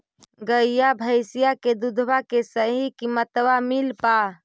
गईया भैसिया के दूधबा के सही किमतबा मिल पा?